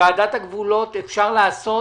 ועדת הגבולות, אפשר לעשות